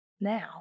now